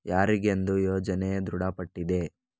ಯಾರಿಗೆಂದು ಯೋಜನೆ ದೃಢಪಟ್ಟಿದೆ?